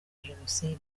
jenoside